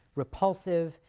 repulsive,